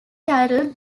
titled